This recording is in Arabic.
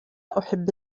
أحب